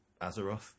Azeroth